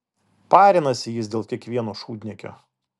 parinasi jis dėl kiekvieno šūdniekio